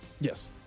Yes